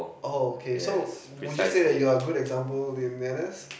oh okay so would you say that you are a good example in N_S